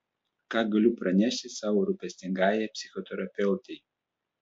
ką galiu pranešti savo rūpestingajai psichoterapeutei